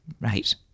Right